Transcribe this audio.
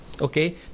Okay